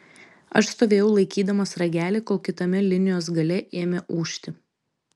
aš stovėjau laikydamas ragelį kol kitame linijos gale ėmė ūžti